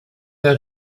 der